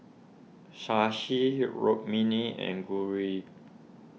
Shashi Rukmini and Gauri